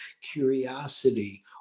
curiosity